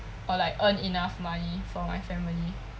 or like earn enough money for my family